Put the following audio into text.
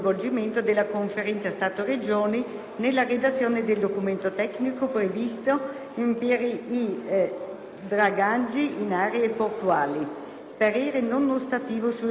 nella redazione del documento tecnico previsto per i dragaggi in aree portuali; - parere non ostativo sui restanti emendamenti.».